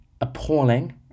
appalling